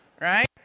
Right